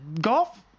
Golf